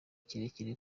kirekire